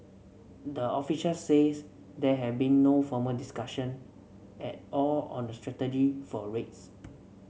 the officials says there have been no formal discussion at all on a strategy for rates